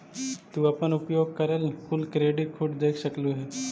तू अपन उपयोग करल कुल क्रेडिट खुद देख सकलू हे